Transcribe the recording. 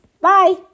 Bye